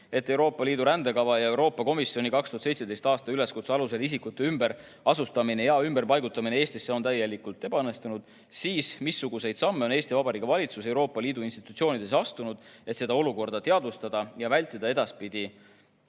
et Euroopa Liidu rändekava ja Euroopa Komisjoni 2017. aasta üleskutse alusel isikute ümberasustamine ja ümberpaigutamine Eestisse on täielikult ebaõnnestunud, siis missuguseid samme on Eesti Vabariigi valitsus Euroopa Liidu institutsioonides astunud, et seda olukorda teadvustada ja vältida edaspidi